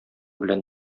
белән